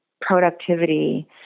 productivity